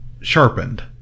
sharpened